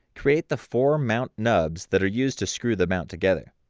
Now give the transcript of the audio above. create the four mount nubs that are used to screw the mount together.